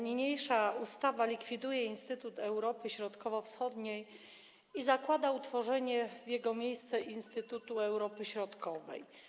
Niniejsza ustawa likwiduje Instytut Europy Środkowo-Wschodniej i zakłada utworzenie w jego miejsce Instytutu Europy Środkowej.